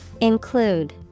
Include